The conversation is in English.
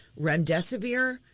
Remdesivir